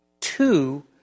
Two